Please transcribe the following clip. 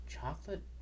chocolate